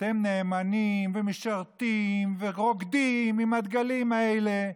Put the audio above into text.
שאתם נאמנים ומשרתים ורוקדים עם הדגלים האלה.